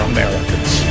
Americans